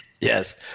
Yes